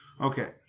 Okay